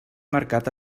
mercat